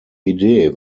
idee